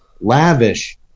Lavish